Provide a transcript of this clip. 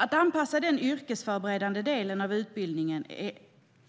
Att anpassa den yrkesförberedande delen av utbildningen